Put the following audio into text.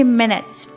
minutes